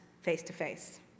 face-to-face